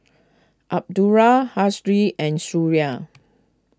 Abdullah and Suria